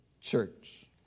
church